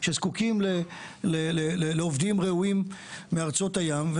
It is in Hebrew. שזקוקים לעובדים ראויים מארצות הים,